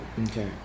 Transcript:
Okay